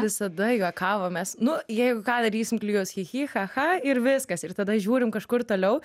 visada juokavom mes nu jeigu ką darysim klijus chi chi cha cha ir viskas ir tada žiūrim kažkur toliau